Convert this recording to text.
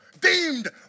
deemed